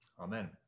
Amen